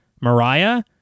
Mariah